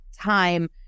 time